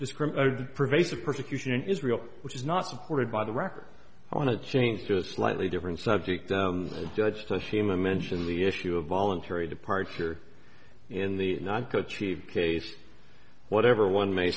discriminated pervasive persecution in israel which is not supported by the record i want to change to a slightly different subject as judge to shimon mentioned the issue of voluntary departure in the not coach eve case whatever one may